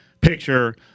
picture